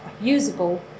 usable